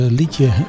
liedje